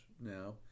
now